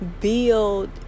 build